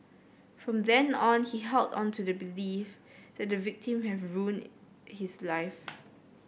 from then on he held on to the belief that the victim have ruined his life